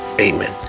Amen